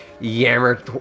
yammer